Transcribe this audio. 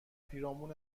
پیرامون